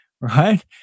right